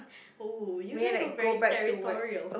oh you guys were very territorial